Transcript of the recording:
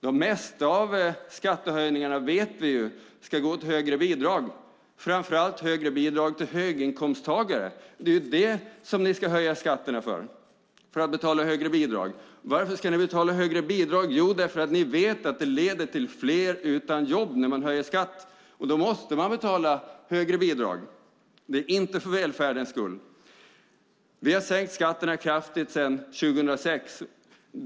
Det mesta av skattehöjningarna vet vi ju ska gå till högre bidrag, framför allt högre bidrag till höginkomsttagare. Ni ska ju höja skatterna för att betala högre bidrag. Varför ska ni betala högre bidrag? Jo, därför att ni vet att det leder till fler utan jobb när man höjer skatten, och då måste man betala högre bidrag. Det är inte för välfärdens skull. Vi har sänkt skatterna kraftigt sedan 2006.